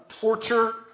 torture